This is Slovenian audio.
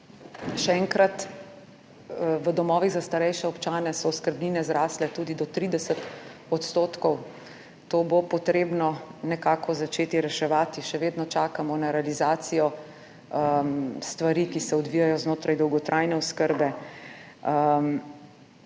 Še enkrat, v domovih za starejše občane so oskrbnine zrasle tudi do 30 %. To bo potrebno nekako začeti reševati, še vedno čakamo na realizacijo stvari, ki se odvijajo znotraj dolgotrajne oskrbe.